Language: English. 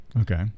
Okay